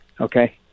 Okay